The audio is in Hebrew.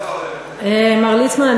מר ליצמן,